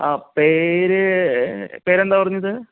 ആ പേര് പേരെന്താണ് പറഞ്ഞത്